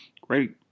great